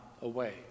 away